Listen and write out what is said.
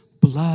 Blood